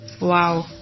Wow